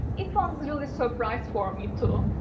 it was really a surprise for me, too.